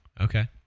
okay